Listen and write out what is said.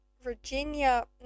Virginia